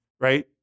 right